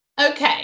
Okay